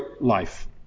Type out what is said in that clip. life